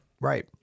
Right